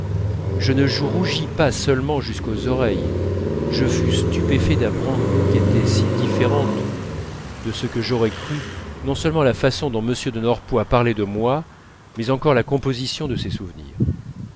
je ne rougis pas seulement jusqu'aux oreilles je fus stupéfait d'apprendre qu'étaient si différentes de ce que j'aurais cru non seulement la façon dont m de norpois parlait de moi mais encore la composition de ses souvenirs